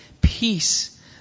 peace